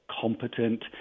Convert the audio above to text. competent